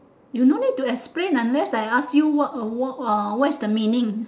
you no need to explain unless I ask you what a what a what's the meaning